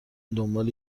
دنبال